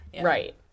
right